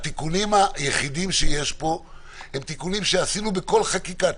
התיקונים היחידים שיש פה הם תיקונים שעשינו בכל חקיקה.